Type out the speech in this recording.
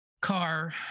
car